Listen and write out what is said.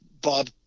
Bob